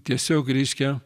tiesiog reiškia